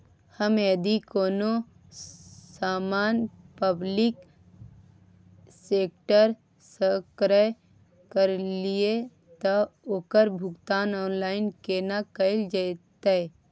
हम यदि कोनो सामान पब्लिक सेक्टर सं क्रय करलिए त ओकर भुगतान ऑनलाइन केना कैल जेतै?